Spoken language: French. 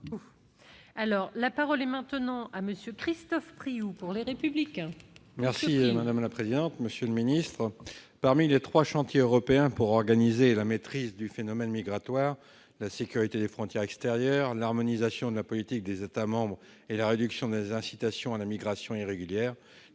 La parole est à M. Christophe Priou. Monsieur le secrétaire d'État, parmi les trois chantiers européens pour organiser la maîtrise du phénomène migratoire, la sécurité des frontières extérieures, l'harmonisation de la politique des États membres et la réduction des incitations à la migration irrégulière,